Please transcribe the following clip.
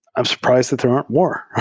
i'm surprised that there aren't more.